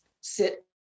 sit